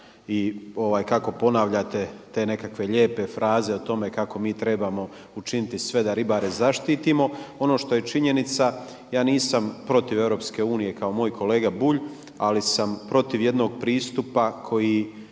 i kako ponavljate te nekakve lijepe fraze o tome kako mi trebamo učiniti sve da ribare zaštitimo. Ono što je činjenica, ja nisam protiv EU kao moj kolega Bulj, ali sam protiv jednog pristupa koji